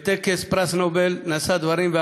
בטקס פרס הנובל נשא עגנון דברים,